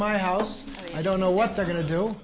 my house i don't know what they're going to do